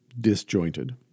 disjointed